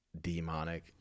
demonic